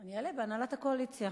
אני אעלה בהנהלת הקואליציה,